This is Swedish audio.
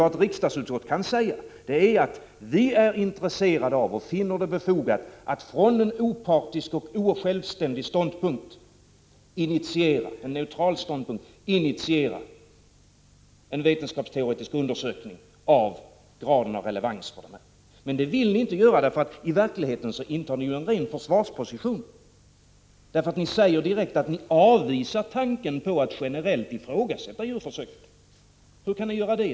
Ett riksdagsutskott kan emellertid uttala att det är intresserat av och finner det befogat att från en opartisk och neutral ståndpunkt initiera en vetenskapsteoretisk undersökning av graden av relevans i detta sammanhang. Men det vill ni inte göra. I själva verket intar ni en ren försvarsposition. Ni säger direkt att ni avvisar tanken på att generellt ifrågasätta djurförsöken. Hur kan ni göra detta?